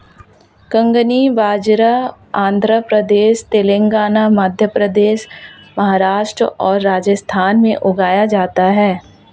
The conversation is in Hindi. कंगनी बाजरा आंध्र प्रदेश, तेलंगाना, मध्य प्रदेश, महाराष्ट्र और राजस्थान में उगाया जाता है